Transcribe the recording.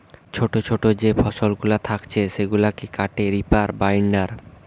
ছোটো ছোটো যে ফসলগুলা থাকছে সেগুলাকে কাটে রিপার বাইন্ডার